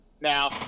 Now